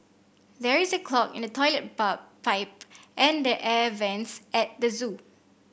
there is a clog in the toilet pipe and the air vents at the zoo